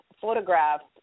photographs